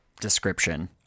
description